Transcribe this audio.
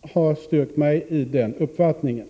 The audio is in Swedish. har styrkt mig i denna uppfattning.